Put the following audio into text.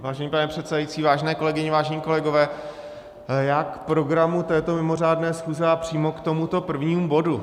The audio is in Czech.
Vážený pane předsedající, vážené kolegyně, vážení kolegové, já k programu této mimořádné schůze a přímo k tomuto prvnímu bodu.